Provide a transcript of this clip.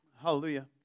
Hallelujah